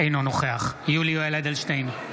אינו נוכח יולי יואל אדלשטיין,